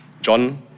John